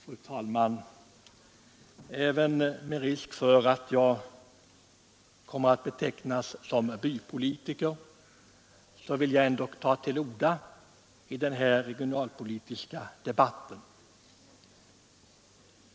Fru talman! Även med risk för att betecknas som bypolitiker vill jag ta till orda i den här regionalpolitiska debatten.